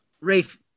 Rafe